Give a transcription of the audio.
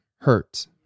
hurt